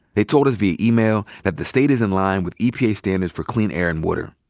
they told us via email that the state is in line with epa standards for clean air and water.